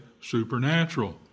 supernatural